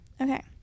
okay